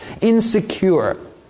insecure